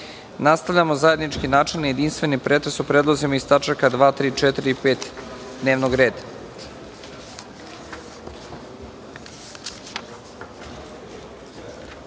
uprave. Nastavljamo zajednički načelni i jedinstveni pretres o predlozima iz tačaka 2, 3, 4. i 5. dnevnog